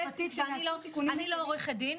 אני לא עורכת דין,